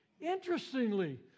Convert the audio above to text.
Interestingly